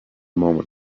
moment